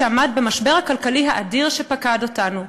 שעמד במשבר הכלכלי האדיר שפקד אותנו.